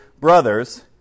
brothers